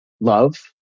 Love